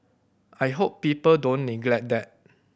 I hope people don't neglect that